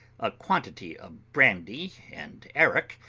a quantity of brandy and arrack,